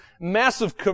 massive